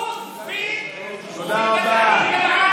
תודה רבה.